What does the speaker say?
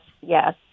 yes